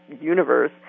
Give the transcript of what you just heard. universe